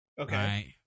Okay